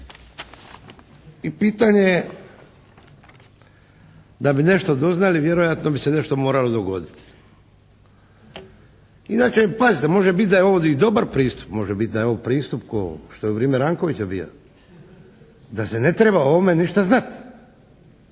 I pitanje je da bi nešto doznali vjerojatno bi se nešto moralo dogoditi. Inače pazite može biti da je ovo i dobar pristup, može biti da je ovo pristup ko što je u vrijeme Rankovića bio. Da se ne treba o ovome ništa znati